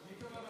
מי קבע,